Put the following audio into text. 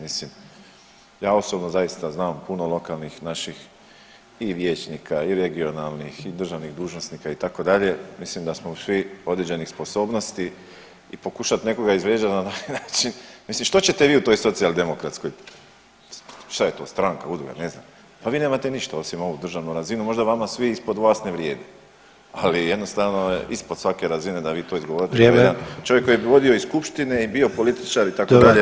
Mislim ja osobno zaista znam puno lokalnih naših i vijećnika i regionalnih i državnih dužnosnika itd., mislim da smo svi određenih sposobnosti i pokušat nekoga izvrijeđat na taj način, mislim što ćete vi u toj socijaldemokratskoj, šta je to stranka, udruga, ne znam, pa vi nemate ništa osim ovu državnu razinu, možda vama svi ispod vas ne vrijede, ali jednostavno je ispod svake razine da vi to izgovorite [[Upadica: Vrijeme.]] kao jedan čovjek koji je vodio i skupštine i bio političar itd.